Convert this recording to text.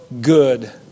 good